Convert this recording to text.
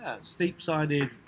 steep-sided